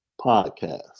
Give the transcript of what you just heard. podcast